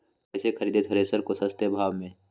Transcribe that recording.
कैसे खरीदे थ्रेसर को सस्ते भाव में?